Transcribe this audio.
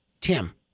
tim